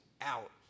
out